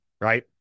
right